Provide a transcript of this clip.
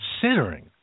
considering